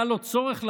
היה לו צורך לבוא,